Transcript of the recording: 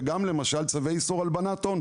וגם אם הם צווי איסור הלבנת הון,